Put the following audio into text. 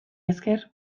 esker